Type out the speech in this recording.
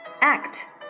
act